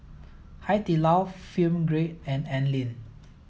Hai Di Lao Film Grade and Anlene